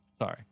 Sorry